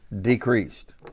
decreased